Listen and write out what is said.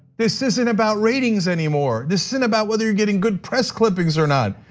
this isn't about ratings anymore. this isn't about whether you're getting good press clippings or not.